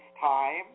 time